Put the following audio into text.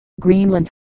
Greenland